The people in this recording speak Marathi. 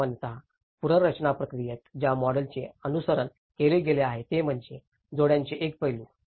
तर सामान्यत पुनर्रचना प्रक्रियेत ज्या मॉडेलचे अनुसरण केले गेले आहे ते म्हणजे जोडण्याचे एक पैलू